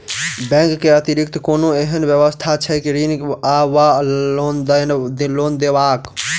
Bank केँ अतिरिक्त कोनो एहन व्यवस्था छैक ऋण वा लोनदेवाक?